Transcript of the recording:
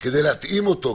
וכדי להתאים אותו,